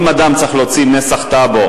אם אדם צריך להוציא נסח טאבו,